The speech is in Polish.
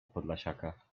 podlasiaka